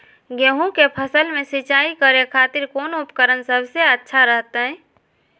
गेहूं के फसल में सिंचाई करे खातिर कौन उपकरण सबसे अच्छा रहतय?